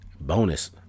bonus